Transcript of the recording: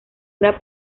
una